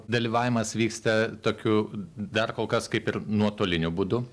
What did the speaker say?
dalyvavimas vyksta tokiu dar kolkas kaip ir nuotoliniu būdu